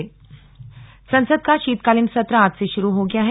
शीतकालीन सत्र संसद का शीतकालीन सत्र आज से शुरू हो गया है